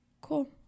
Cool